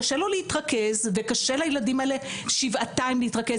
קשה לו להתרכז וקשה לילדים האלה שבעתיים להתרכז,